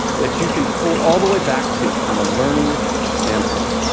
that you can pull all the way back to from a learning standpoint.